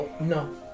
no